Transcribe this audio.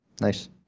Nice